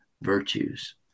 virtues